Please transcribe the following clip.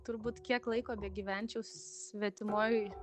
turbūt kiek laiko begyvenčiau svetimoj